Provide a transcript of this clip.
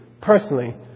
personally